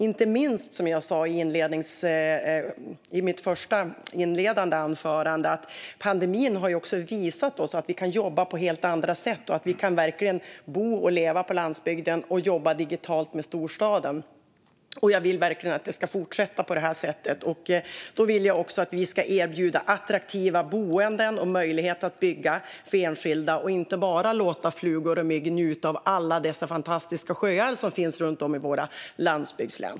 Inte minst, som jag sa i mitt inledande anförande, har ju pandemin visat oss att vi kan jobba på helt andra sätt, att vi verkligen kan bo och leva på landsbygden och jobba digitalt med storstaden. Jag vill verkligen att det ska fortsätta på det sättet. Då vill jag också att vi ska erbjuda attraktiva boenden och möjlighet att bygga för enskilda och inte låta bara flugor och mygg njuta av alla dessa fantastiska sjöar som finns runt om i våra landsbygdslän.